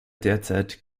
derzeit